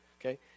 okay